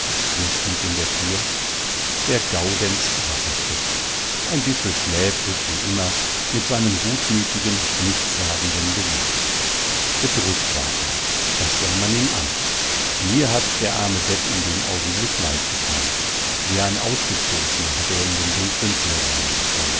wer steht in der tür der gaudenz safferstätt ein bissel schläfrig wie immer mit seinem gutmütigen nichtssagenden gesicht gedrückt war er das sah man ihm an mir hat der arme depp in dem augenblick leid getan wie ein ausgestoßener hat er in dem dunklen türrahmen gestanden